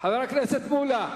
חבר הכנסת מולה.